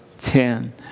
Ten